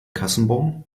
kassenbon